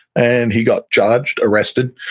and he got charged, arrested,